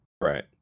right